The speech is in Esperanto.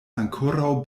ankoraŭ